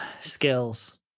skills